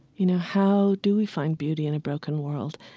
you know, how do we find beauty in a broken world?